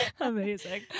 Amazing